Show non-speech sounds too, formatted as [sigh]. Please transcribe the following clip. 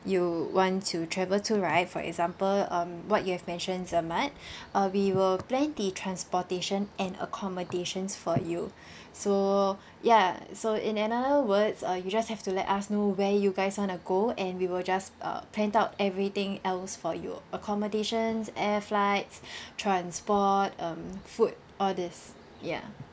you want to travel to right for example um what you have mentioned [breath] uh we will plan the transportation and accommodations for you [breath] so [breath] ya so in another words uh you just have to let us know where you guys want to go and we will just uh plan out everything else for you accommodations air flights [breath] transport um food all this ya